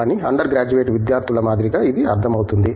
కానీ undergraduate విద్యార్థుల మాదిరిగా ఇది అర్థమవుతుంది